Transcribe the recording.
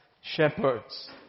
shepherds